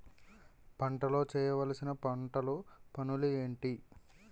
పంటలో చేయవలసిన పంటలు పనులు ఏంటి?